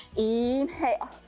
inhale,